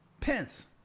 Pence